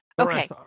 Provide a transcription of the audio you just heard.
Okay